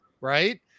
right